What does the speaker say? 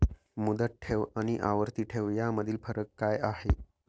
मुदत ठेव आणि आवर्ती ठेव यामधील फरक काय आहे?